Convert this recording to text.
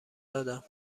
دادم